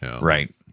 right